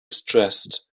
stressed